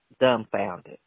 dumbfounded